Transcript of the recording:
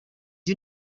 you